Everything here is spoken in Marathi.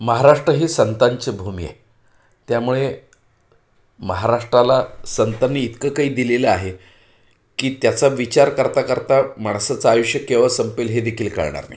महाराष्ट्र ही संतांची भूमी आहे त्यामुळे महाराष्ट्राला संतांनी इतकं काही दिलेलं आहे की त्याचा विचार करता करता माणसाचं आयुष्य केव्हा संपेल हेदेखील कळणार नाही